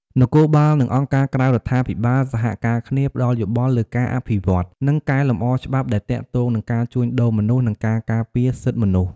នគរបាល និងអង្គការក្រៅរដ្ឋាភិបាលសហការគ្នាផ្ដល់យោបល់លើការអភិវឌ្ឍ និងកែលម្អច្បាប់ដែលទាក់ទងនឹងការជួញដូរមនុស្ស និងការការពារសិទ្ធិមនុស្ស។